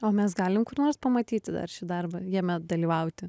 o mes galim kur nors pamatyti dar šį darbą jame dalyvauti